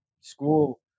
School